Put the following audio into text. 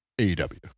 AEW